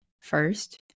first